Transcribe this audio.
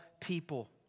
people